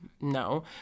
no